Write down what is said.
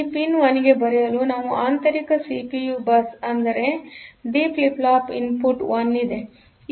ಈ ಪಿನ್ಗೆ 1 ಬರೆಯಲು ನಾವು ಆಂತರಿಕ ಸಿಪಿಯು ಬಸ್ ಅಂದರೆ ಡಿ ಫ್ಲಿಪ್ ಫ್ಲಾಪ್ ಇನ್ಪುಟ್ 1 ಇದೆ